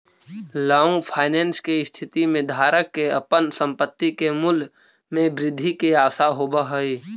long finance के स्थिति में धारक के अपन संपत्ति के मूल्य में वृद्धि के आशा होवऽ हई